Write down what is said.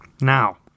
Now